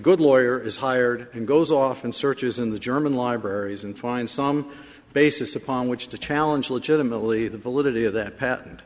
good lawyer is hired and goes off and searches in the german libraries and find some basis upon which to challenge legitimately the validity of that patent